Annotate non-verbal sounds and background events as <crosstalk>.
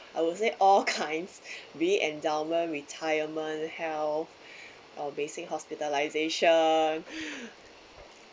I would say all kinds <laughs> we endowment retirement health uh basic hospitalisation <breath>